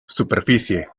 superficie